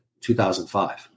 2005